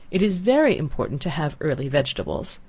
it is very important to have early vegetables.